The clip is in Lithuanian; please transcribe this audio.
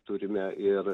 turime ir